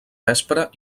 vespra